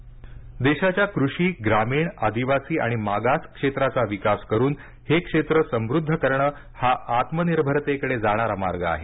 आत्मनिर्भर भारत देशाच्या कृषी ग्रामीण आदिवासी आणि मागास क्षेत्राचा विकास करून हे क्षेत्र समृध्द करणं हा आत्मनिर्भरतेकडे जाणारा मार्ग आहे